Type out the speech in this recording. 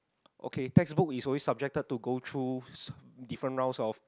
okay textbook is always subjected to go through different rounds of